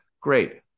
Great